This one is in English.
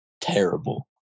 terrible